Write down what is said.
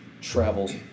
travels